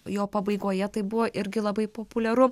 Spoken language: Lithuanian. jo pabaigoje tai buvo irgi labai populiaru